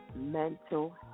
mental